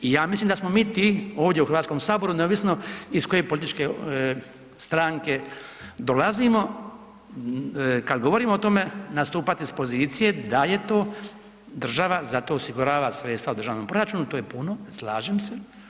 I ja mislim da smo mi ti ovdje u HS-u neovisno iz koje političke stranke dolazimo kada govorimo o tome, nastupati s pozicije daje to država za to osigurava sredstva u državnom proračunu to je puno, slažem se.